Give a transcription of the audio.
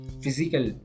physical